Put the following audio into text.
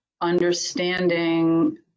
understanding